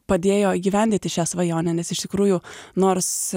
padėjo įgyvendyti šią svajonę nes iš tikrųjų nors